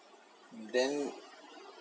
then